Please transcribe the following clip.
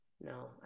no